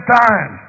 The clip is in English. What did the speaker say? time